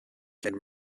can